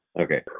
Okay